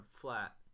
flat